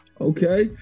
Okay